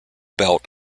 belt